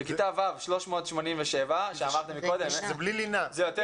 ובכיתה ו' 387 שאמרתם מקודם שזה יותר רחוק.